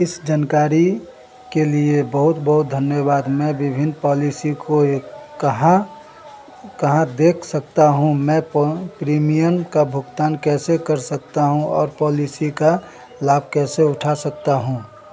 इस जनकारी के लिये बहुत बहुत धन्यवाद मैं विभिन्न पॉलिसी को ये कहाँ कहाँ देख सकता हूँ मैं प प्रीमियम का भुगतान कैसे कर सकता हूँ और पॉलिसी का लाभ कैसे उठा सकता हूँ